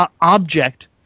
Object